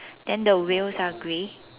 then the wheels are grey